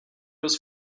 was